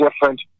different